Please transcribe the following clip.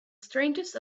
strangest